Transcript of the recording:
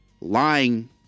lying